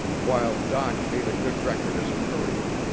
while dock made a good record as a courier,